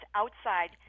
outside